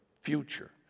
future